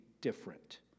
different